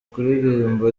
kuririmba